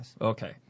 Okay